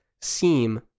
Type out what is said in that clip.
seem